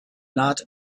not